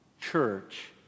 church